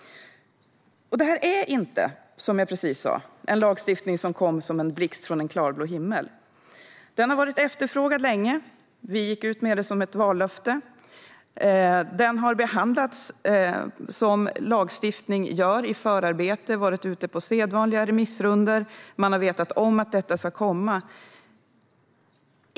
Som jag precis sa kommer inte denna lagstiftning som en blixt från en klarblå himmel. Den har varit efterfrågad länge. Vi gick ut med den som ett vallöfte. Lagförslaget har behandlats på samma sätt som all lagstiftning. Det har förarbetats och varit ute på sedvanlig remissrunda och man har vetat om att den ska komma.